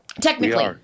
Technically